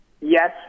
yes